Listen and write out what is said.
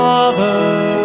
Father